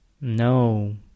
No